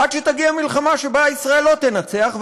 עד שתגיע מלחמה שבה ישראל לא תנצח,